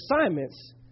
assignments